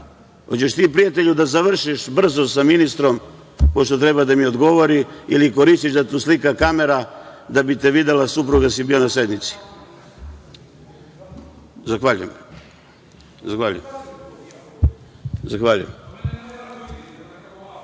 li ti, prijatelju, da završiš brzo sa ministrom, pošto treba da mi odgovori, ili koristiš da te uslika kamera da bi te videla supruga da si bio na sednici? Zahvaljujem. Tako da, veoma je